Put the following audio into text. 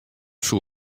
soe